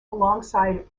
alongside